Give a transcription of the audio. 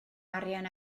arian